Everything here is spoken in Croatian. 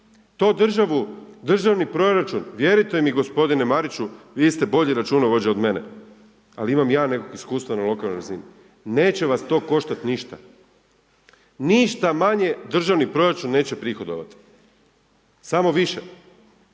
To državni proračun, vjerujte mi gospodine Mariću, vi ste bolji računovođa od mene, ali imam i ja nekog iskustva na lokalnoj razini. Neće vas to koštati ništa. Ništa manje državni proračun neće prihodovati, samo više